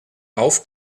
auf